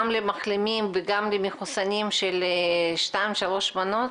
גם למחלימים וגם למחוסנים של שתיים-שלוש מנות